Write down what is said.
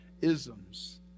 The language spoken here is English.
isms